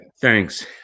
Thanks